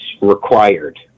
required